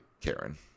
Karen